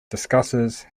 discusses